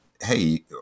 hey